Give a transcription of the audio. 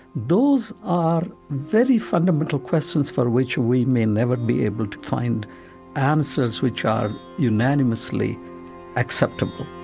those are very fundamental questions for which we may never be able to find answers which are unanimously acceptable